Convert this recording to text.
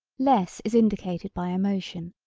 less is indicated by a motion,